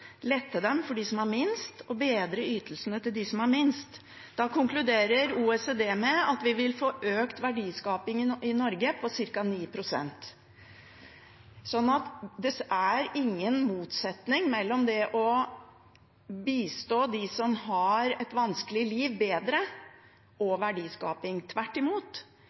lette dem for dem som har minst, og bedre ytelsene til dem som har minst. Da konkluderer OECD med at vi vil få økt verdiskapingen i Norge med ca. 9 pst. Det er ingen motsetning mellom å bistå bedre dem som har et vanskelig liv, og verdiskaping. Tvert imot